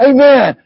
Amen